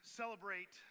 celebrate